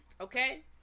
okay